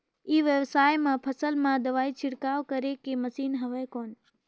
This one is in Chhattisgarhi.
ई व्यवसाय म फसल मा दवाई छिड़काव करे के मशीन हवय कौन?